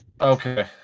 Okay